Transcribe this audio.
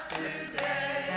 today